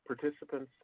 Participants